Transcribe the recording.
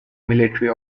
military